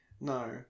No